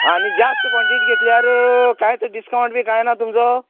आनी जास्त कोणटीटी घेतल्यार कांयच डिस्काउंट बी कांय ना तुमचो